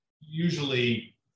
usually